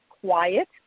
quiet